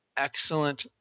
excellent